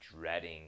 dreading